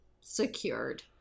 secured